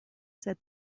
said